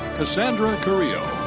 cassandra carillo.